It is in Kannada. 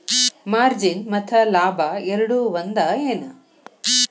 ಮಾರ್ಜಿನ್ ಮತ್ತ ಲಾಭ ಎರಡೂ ಒಂದ ಏನ್